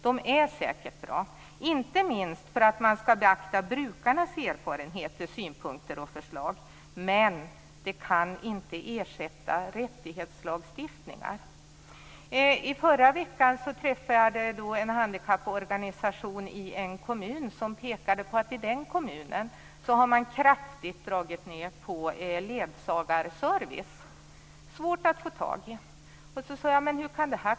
De är säkert bra, inte minst för att brukarnas erfarenheter, synpunkter och förslag skall kunna beaktas. Men de kan inte ersätta rättighetslagstiftningar. I förra veckan träffade jag representanter för en handikapporganisation i en kommun. De pekade på att i den kommunen hade man kraftigt dragit ned på ledsagarservice. Men hur kan det komma sig? undrade jag.